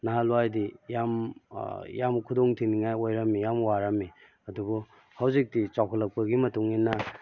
ꯅꯍꯥꯜꯋꯥꯏꯗꯤ ꯌꯥꯝ ꯌꯥꯝ ꯈꯨꯗꯣꯡ ꯊꯤꯅꯤꯉꯥꯏ ꯑꯣꯏꯔꯝꯃꯤ ꯌꯥꯝ ꯋꯥꯔꯝꯃꯤ ꯑꯗꯨꯕꯨ ꯍꯧꯖꯤꯛꯇꯤ ꯆꯥꯎꯈꯠꯂꯛꯄꯒꯤ ꯃꯇꯨꯡ ꯏꯟꯅ